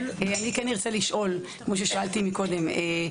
אני כן ארצה לשאול כמו ששאלתי מקודם.